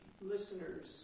listeners